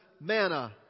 manna